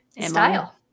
style